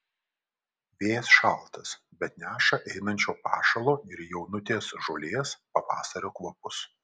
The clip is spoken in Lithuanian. vėjas šaltas bet neša einančio pašalo ir jaunutės žolės pavasario kvapus